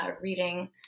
reading